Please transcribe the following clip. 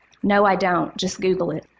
no, i don't, just google it.